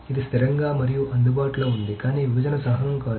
ఇది స్థిరంగా మరియు అందుబాటులో ఉంది కానీ విభజన సహనం కాదు